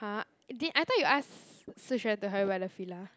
!huh! didn't I thought you ask Shi-Xuan to help you buy the Fila